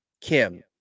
Kim